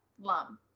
Lum